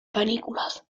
panículas